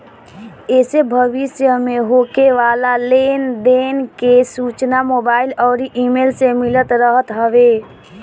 एसे भविष्य में होखे वाला लेन देन के सूचना मोबाईल अउरी इमेल से मिलत रहत हवे